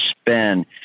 spend